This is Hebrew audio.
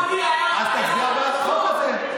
הטרור היהודי היה, אז תצביע בעד החוק הזה.